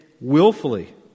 willfully